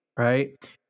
Right